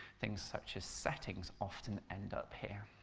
things such as settings, often end up here.